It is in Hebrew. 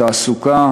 התעסוקה,